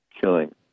killing